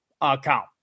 account